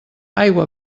aigua